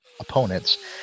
opponents